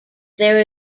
there